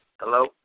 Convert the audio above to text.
Hello